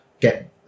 get